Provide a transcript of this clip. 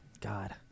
God